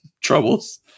troubles